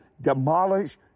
demolish